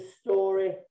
story